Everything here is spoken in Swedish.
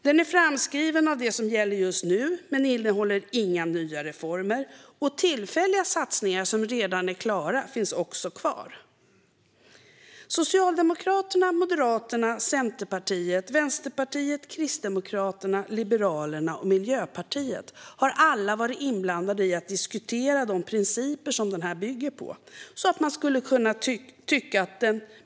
Den är framskriven av det som gäller just nu men innehåller inga nya reformer, och tillfälliga satsningar som redan är klara finns kvar. Socialdemokraterna, Moderaterna, Centerpartiet, Vänsterpartiet, Kristdemokraterna, Liberalerna och Miljöpartiet har alla varit inblandade i att diskutera de principer som denna budget bygger på.